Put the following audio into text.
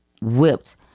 whipped